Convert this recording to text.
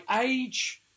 age